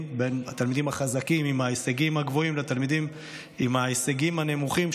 החזקים עם ההישגים הגבוהים לתלמידים עם ההישגים הנמוכים,